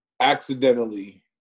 accidentally